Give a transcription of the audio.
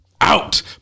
Out